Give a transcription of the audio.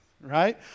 right